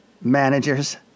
managers